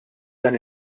dan